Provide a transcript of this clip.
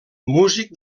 músic